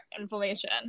inflammation